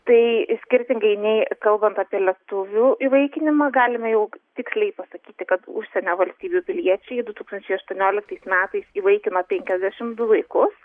tai skirtingai nei kalbant apie lietuvių įvaikinimą galime jauk tiksliai pasakyti kad užsienio valstybių piliečiai du tūkstančiai aštuonioliktais metais įvaikino penkiasdešim du vaikus